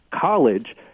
college